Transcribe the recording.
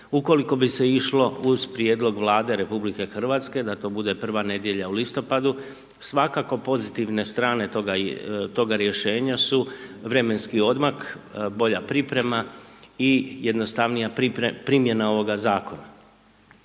Ukoliko bi se išlo uz prijedlog Vlade RH da to bude prva nedjelja u listopadu svakako pozitivne strane toga rješenja su vremenski odmak, bolja priprema i jednostavnija primjena ovoga zakona.